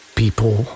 people